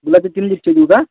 गुलाबाचे तीन गुच्छ देऊ का